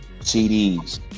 CDs